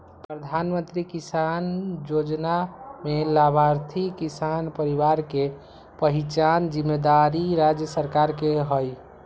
प्रधानमंत्री किसान जोजना में लाभार्थी किसान परिवार के पहिचान जिम्मेदारी राज्य सरकार के हइ